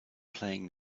playing